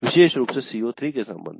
विशेष रूप से CO3 के संबंध में